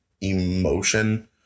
emotion